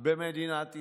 במדינת ישראל.